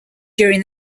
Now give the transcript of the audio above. during